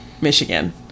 Michigan